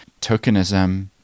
tokenism